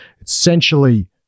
essentially